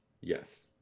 Yes